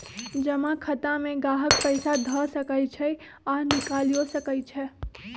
जमा खता में गाहक पइसा ध सकइ छइ आऽ निकालियो सकइ छै